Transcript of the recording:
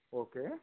okay